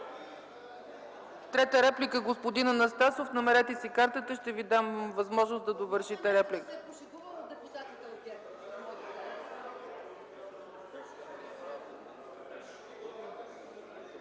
Трета реплика – господин Анастасов. Намерете си картата, ще Ви дам възможност да довършите репликата.